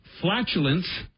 flatulence